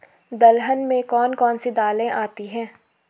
दलहन में कौन कौन सी दालें आती हैं?